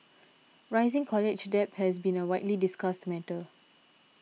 rising college debt has been a widely discussed matter